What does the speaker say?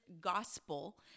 gospel